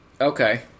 Okay